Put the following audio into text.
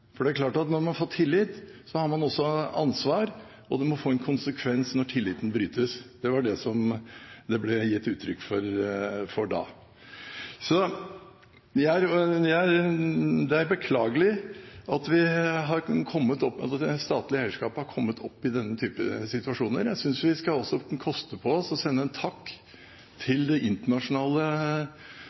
konsekvens. Det er klart at når man får tillit, har man også ansvar, og det må få en konsekvens når tilliten brytes. Det var det som det ble gitt uttrykk for da. Det er beklagelig at det statlige eierskapet har kommet opp i denne typen situasjoner. Jeg synes vi også skal koste på oss å sende en takk til de internasjonale aktørene. Det